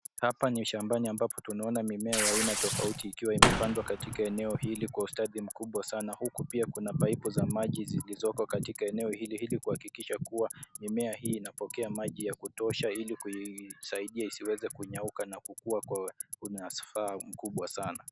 Hapa ni shambani ambapo tunaona mimea ya aina tofauti ikiwa imepandwa katika eneo hili kwa ustadhi mkubwa sana huku pia kuna paipu za maji zilizoko katika eneo hili ili kuhakikisha kuwa mimea hii inapokea maji ya kutosha ili kuisaidia isiweze kunyauka na kukua kwa unasfaa mkubwa sana.